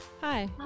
hi